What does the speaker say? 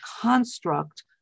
construct